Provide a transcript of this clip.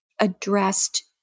addressed